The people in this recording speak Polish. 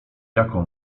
jaką